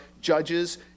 judges